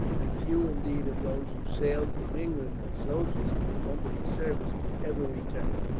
and few, indeed, of those who sailed from england as soldiers in the company's service ever returned.